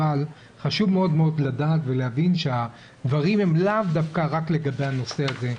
אבל חשוב מאוד לדעת ולהבין שהדברים הם לאו דווקא רק לגבי הנושא הזה.